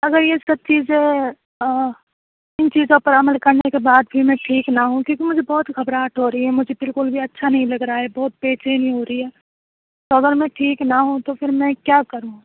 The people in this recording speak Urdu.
اگر یہ سب چیزیں ان چیزوں پر عمل کرنے کے بعد بھی میں ٹھیک نہ ہوں کیونکہ مجھے بہت گھبراہٹ ہو رہی ہے مجھے بالکل بھی اچھا نہیں لگ رہا ہے بہت بےچینی ہو رہی ہے تو اگر میں ٹھیک نہ ہوں تو پھر میں کیا کروں